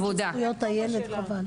היית מביאה אותו, זו הוועדה הנכונה.